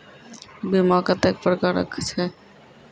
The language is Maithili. बीमा कत्तेक प्रकारक छै?